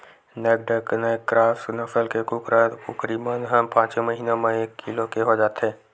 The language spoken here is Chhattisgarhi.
नैक्ड नैक क्रॉस नसल के कुकरा, कुकरी मन ह पाँचे महिना म एक किलो के हो जाथे